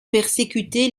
persécuter